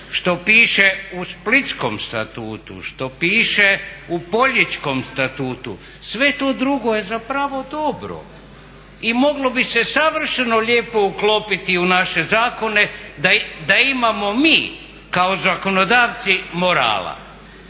što piše u Splitskom statutu, što piše u Poljičkom statutu, sve to drugo je zapravo dobro i moglo bi se savršeno lijepo uklopiti u naše zakone da imamo mi kao zakonodavci morala.